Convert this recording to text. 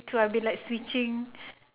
me too I'll be like switching